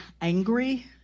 angry